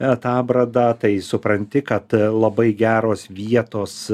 atabradą tai supranti kad labai geros vietos